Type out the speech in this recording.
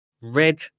Red